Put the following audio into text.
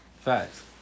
Facts